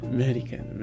American